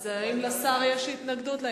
אז האם לשר יש התנגדות?